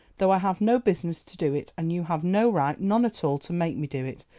though i have no business to do it, and you have no right none at all to make me do it,